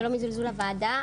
זה לא מזלזול בוועדה,